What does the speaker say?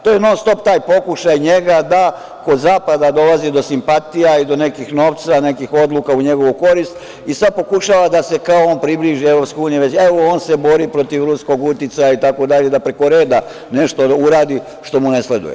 To je non-stop taj pokušaj njega da kod zapada dolazi do simpatija i do nekog novca i nekih odluka u njegovu korist i sada pokušava da se kao on približi EU, evo on se bori protiv ruskog uticaja itd. da preko reda nešto uradi što mu ne sleduje.